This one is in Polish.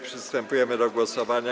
Przystępujemy do głosowania.